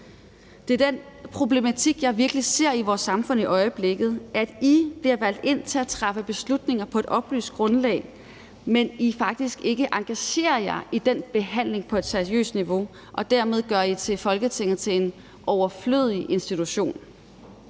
Det er den problematik, jeg virkelig ser i vores samfund i øjeblikket: I bliver valgt ind til at træffe beslutninger på et oplyst grundlag, men I engagerer jer faktisk ikke i den behandling på et seriøst niveau, og dermed gør I Folketinget til en overflødig institution.